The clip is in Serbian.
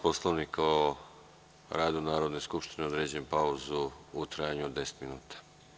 Poslovnika o radu Narodne skupštine određujem pauzu u trajanju od deset minuta.